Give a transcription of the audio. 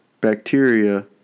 bacteria